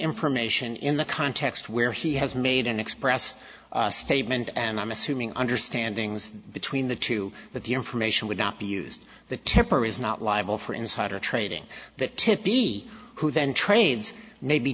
information in the context where he has made an express statement and i'm assuming understanding's between the two that the information would not be used the temper is not liable for insider trading that to be who then trades